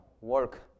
work